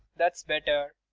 that's better.